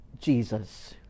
Jesus